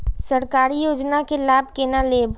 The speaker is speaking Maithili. सरकारी योजना के लाभ केना लेब?